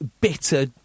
bitter